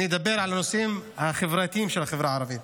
אני אדבר על הנושאים החברתיים של החברה הערבית.